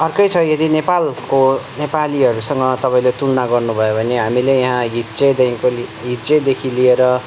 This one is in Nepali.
अर्कै छ यदि नेपालको नेपालीहरूसँग तपाईँले तुलना गर्नुभयो भने हामीले यहाँ हिज्जेदेखिको लिएर हिज्जेदेखि लिएर